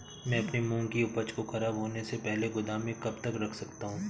मैं अपनी मूंग की उपज को ख़राब होने से पहले गोदाम में कब तक रख सकता हूँ?